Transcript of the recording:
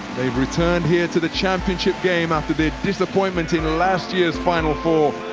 they've returned here to the championship game after their disappointment in last year's final four,